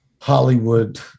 hollywood